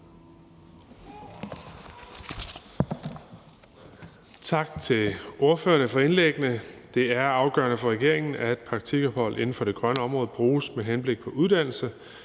Tak til ordførerne for indlæggene. Det er afgørende for regeringen, at praktikophold inden for det grønne område bruges med henblik på uddannelse,